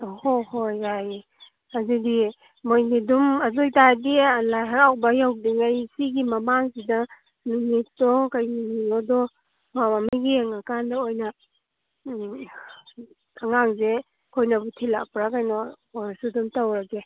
ꯍꯣ ꯍꯣ ꯌꯥꯏꯌꯦ ꯑꯗꯨꯗꯤ ꯃꯣꯏꯗꯤ ꯑꯗꯨꯝ ꯑꯗꯨ ꯑꯣꯏꯇꯥꯔꯗꯤ ꯂꯥꯏ ꯍꯔꯥꯎꯕ ꯌꯧꯗ꯭ꯔꯤꯉꯩ ꯁꯤꯒꯤ ꯃꯃꯥꯡꯁꯤꯗ ꯅꯨꯃꯤꯠꯇꯣ ꯀꯩ ꯅꯨꯃꯤꯠꯅꯣꯗꯣ ꯑꯐꯕ ꯑꯃ ꯌꯦꯡꯉꯀꯥꯟꯗ ꯑꯣꯏꯅ ꯑꯉꯥꯡꯁꯦ ꯑꯩꯈꯣꯏꯅꯕꯨ ꯊꯤꯜꯂꯛꯄ꯭ꯔ ꯀꯩꯅꯣ ꯑꯣꯏꯔꯁꯨ ꯑꯗꯨꯝ ꯇꯧꯔꯒꯦ